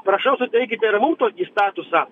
prašau suteikite ir mum tokį statusą